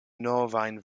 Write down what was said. novajn